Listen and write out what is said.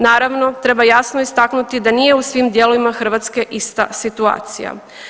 Naravno treba jasno istaknuti da nije u svim dijelovima Hrvatske ista situacija.